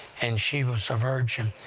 and she was a virgin,